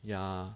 ya